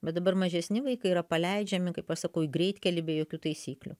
bet dabar mažesni vaikai yra paleidžiami kaip aš sakau į greitkelį be jokių taisyklių